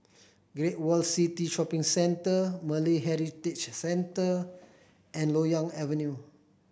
Great World City Shopping Centre Malay Heritage Centre and Loyang Avenue